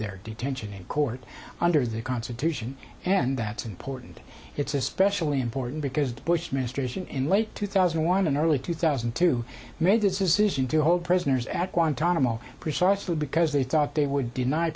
their detention in court under the constitution and that's important it's especially important because the bush administration in late two thousand and one in early two thousand and two made this is easy to hold prisoners at guantanamo precisely because they thought they would deny